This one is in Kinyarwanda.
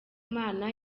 imana